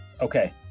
Okay